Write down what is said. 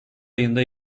ayında